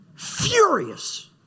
furious